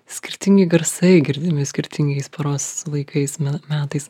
skirtingi garsai girdimi skirtingais paros laikais me metais